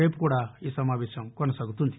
రేపు కూడా ఈ సమావేశం కొనసాగుతుంది